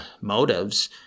motives